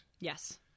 Yes